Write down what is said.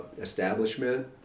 establishment